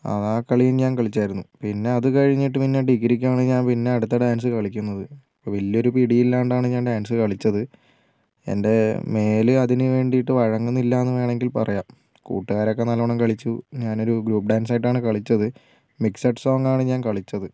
അത് ആ കളിയും ഞാൻ കളിച്ചിരുന്നു പിന്നെ അതുകഴിഞ്ഞിട്ട് പിന്നെ ഡിഗ്രിയ്ക്ക് ആണ് ഞാൻ പിന്നെ അടുത്ത ഡാൻസ് കളിക്കുന്നത് വലിയ ഒരു പിടി ഇല്ലാണ്ടാണ് ഞാൻ ഡാൻസ് കളിച്ചത് എന്റെ മേൽ അതിനു വേണ്ടിയിട്ട് വഴങ്ങുന്നില്ല എന്നു വേണമെങ്കിൽ പറയാം കൂട്ടുകാരൊക്കെ നല്ലോണം കളിച്ചു ഞാനൊരു ഗ്രൂപ്പ് ഡാൻസ് ആയിട്ടാണ് കളിച്ചത് മിക്സഡ് സോങ്ങ് ആണ് ഞാൻ കളിച്ചത്